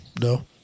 No